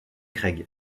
craig